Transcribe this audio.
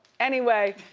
anyway,